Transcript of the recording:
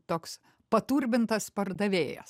toks paturbintas pardavėjas